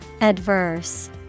Adverse